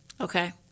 Okay